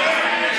הפעם הראשונה,